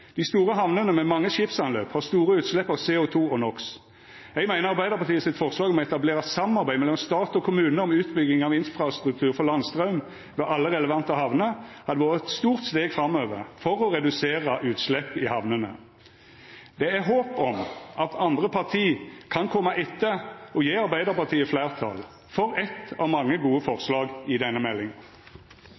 Dei store hamnene med mange skipsanløp har store utslepp av CO2 og NOx. Eg meiner forslaget frå Arbeidarpartiet om å etablera eit samarbeid mellom stat og kommune om utbygging av infrastruktur for landstraum ved alle relevante hamner hadde vore eit stort steg framover for å redusera utslepp i hamnene. Det er håp om at andre parti kan koma etter og gje Arbeidarpartiet fleirtal for eitt av mange gode forslag i denne